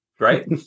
right